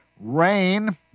Rain